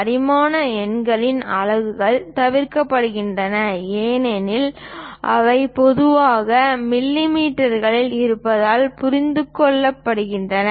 பரிமாண எண்களிலிருந்து அலகுகள் தவிர்க்கப்படுகின்றன ஏனெனில் அவை பொதுவாக மில்லிமீட்டர்களில் இருப்பதாக புரிந்து கொள்ளப்படுகின்றன